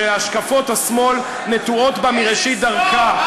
שהשקפות השמאל נטועות בה מראשית דרכה.